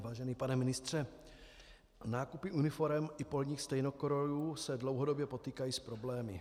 Vážený pane ministře, nákupy uniforem i polních stejnokrojů se dlouhodobě potýkají s problémy.